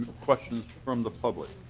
questions from the public?